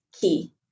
key